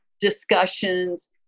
discussions